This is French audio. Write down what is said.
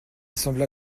sembla